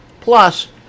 plus